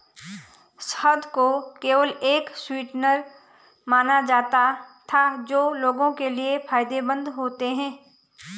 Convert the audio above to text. शहद को केवल एक स्वीटनर माना जाता था जो लोगों के लिए फायदेमंद होते हैं